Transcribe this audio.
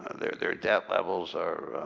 ah their their debt levels are